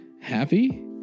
happy